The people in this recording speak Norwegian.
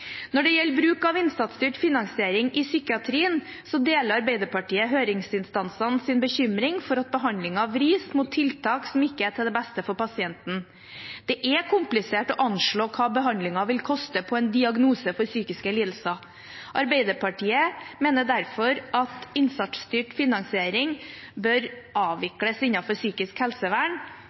Når det gjelder bruk av innsatsstyrt finansiering i psykiatrien, så deler Arbeiderpartiet høringsinstansenes bekymring for at behandlingen vris mot tiltak som ikke er til det beste for pasienten. Det er komplisert å anslå hva behandlingen av en diagnose innenfor psykiske lidelser vil koste. Arbeiderpartiet mener derfor at innsatsstyrt finansiering bør avvikles innenfor psykisk helsevern,